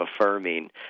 affirming